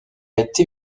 été